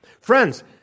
Friends